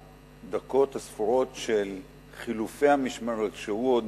בדקות הספורות של חילופי המשמרת, כשהוא עוד